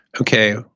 Okay